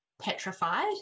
petrified